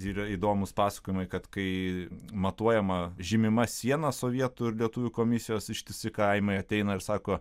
yra įdomūs pasakojimai kad kai matuojama žymima siena sovietų ir lietuvių komisijos ištisi kaimai ateina ir sako